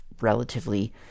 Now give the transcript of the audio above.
relatively